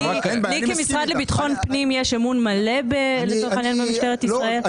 למשרד לביטחון פנים יש אמון מלא במשטרת ישראל.